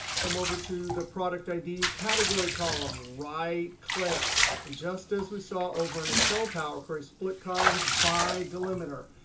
come over to the product id category column, right click. and just as we saw over in excel power query, split columns by delimiter.